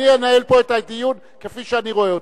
אני אנהל פה את הדיון כפי שאני רואה אותו.